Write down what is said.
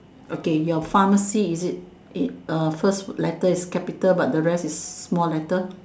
okay your pharmacy is it okay first letter is capital but then the rest is small letter